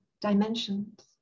dimensions